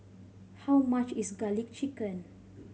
how much is Garlic Chicken